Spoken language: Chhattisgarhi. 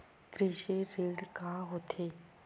कृषि ऋण का होथे?